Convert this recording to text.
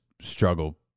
struggle